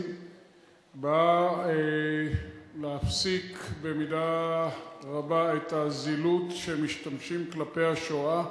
באה להפסיק במידה רבה את הזילות כלפי השואה.